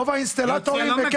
רוב האינסטלטורים.